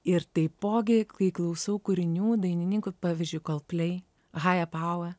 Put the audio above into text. ir taipogi kai klausau kūrinių dainininkų pavyzdžiui coldplay higher power